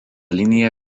linija